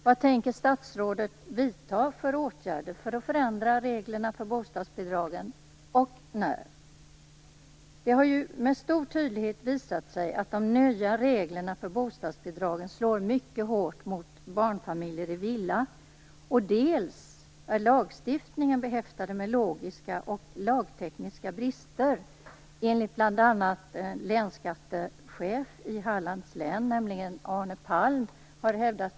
Vad tänker statsrådet vidta för åtgärder för att förändra reglerna för bostadsbidragen, och när kommer det att ske? Det har med stor tydlighet visat sig att de nya reglerna för bostadsbidragen slår mycket hårt mot barnfamiljer i villa. Och lagstiftningen är behäftad med logiska och lagtekniska brister, enligt bl.a. länsskattechefen i Hallands län, Arne Palm.